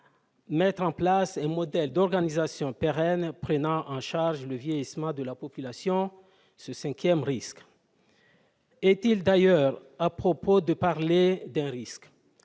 mettre en place un modèle d'organisation pérenne prenant en charge le vieillissement de la population, ce « cinquième risque ». Est-il d'ailleurs à propos de parler d'un risque ?